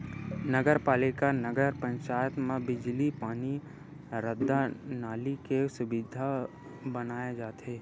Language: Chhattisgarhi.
नगर पालिका, नगर पंचायत म बिजली, पानी, रद्दा, नाली के सुबिधा बनाए जाथे